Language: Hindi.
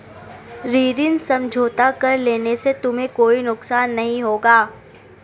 ऋण समझौता कर लेने से तुम्हें कोई नुकसान नहीं होगा